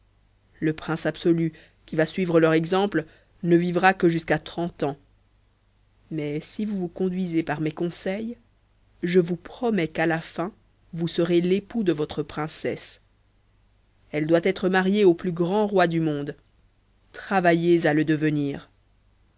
le prince absolu qui va suivre leur exemple ne vivra que jusqu'à trente ans mais si vous vous conduisez par mes conseils je vous promets qu'à la fin vous serez l'époux de votre princesse elle doit être mariée au plus grand roi du monde travaillez pour le devenir